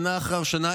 שנה אחר שנה,